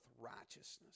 righteousness